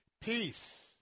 Peace